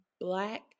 Black